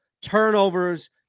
turnovers